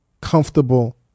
comfortable